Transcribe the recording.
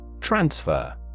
Transfer